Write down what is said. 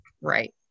Right